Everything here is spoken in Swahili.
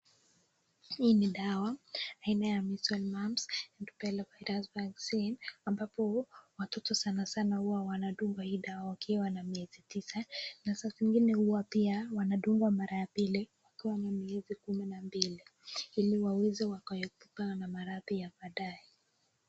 Hii ni dawa aina ya measles, mumps and rubella virus vaccine ambapo watoto sanasana huwa wanadungwa hii dawa wakiwa na miezi tisa na saa zingine huwa pia wanadungwa mara ya pili wakiwa na miezi kumi na mbili, ili waweze wakaepukana na maradhi ya baadaye.